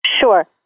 Sure